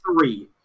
three